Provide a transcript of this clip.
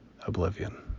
oblivion